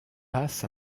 passe